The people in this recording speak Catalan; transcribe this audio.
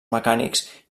mecànics